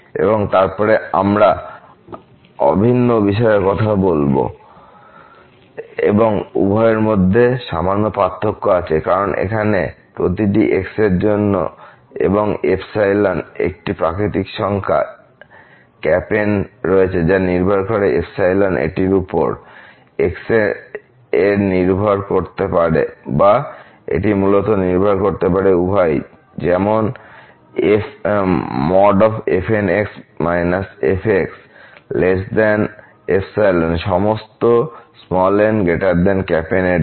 এবং তারপরে আমরা অভিন্ন অভিসারের কথা বলব এবং উভয়ের মধ্যে সামান্য পার্থক্য আছে কারণ এখানে প্রতিটি এখানে x এর জন্য এবং একটি প্রাকৃতিক সংখ্যা N রয়েছে যা নির্ভর করতে পারে এটির উপর x এর নির্ভর করতে পারে বা এটি মূলত নির্ভর করতে পারে উভয় যেমন fnx fxϵ সমস্ত n≥Nϵx এর জন্য